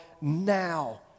now